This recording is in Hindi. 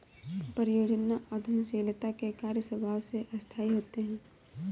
परियोजना उद्यमशीलता के कार्य स्वभाव से अस्थायी होते हैं